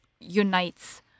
unites